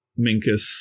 Minkus